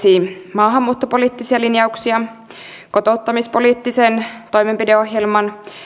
maahanmuuttopoliittisia linjauksia kotouttamispoliittisen toimenpideohjelman